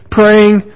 praying